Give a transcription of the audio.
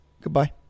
Goodbye